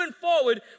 forward